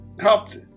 helped